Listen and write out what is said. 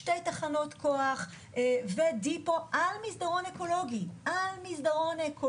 שתי תחנות כוח ודיפו על מסדרון אקולוגי --- כמדומני,